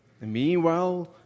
Meanwhile